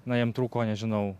na jam trūko nežinau